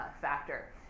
factor